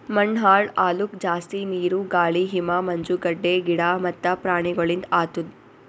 ಮಣ್ಣ ಹಾಳ್ ಆಲುಕ್ ಜಾಸ್ತಿ ನೀರು, ಗಾಳಿ, ಹಿಮ, ಮಂಜುಗಡ್ಡೆ, ಗಿಡ ಮತ್ತ ಪ್ರಾಣಿಗೊಳಿಂದ್ ಆತುದ್